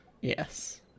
Yes